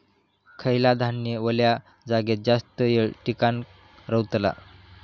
खयला धान्य वल्या जागेत जास्त येळ टिकान रवतला?